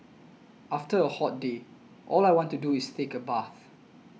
after a hot day all I want to do is take a bath